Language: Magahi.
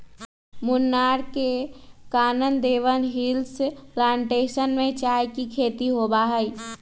मुन्नार में कानन देवन हिल्स प्लांटेशन में चाय के खेती होबा हई